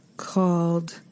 called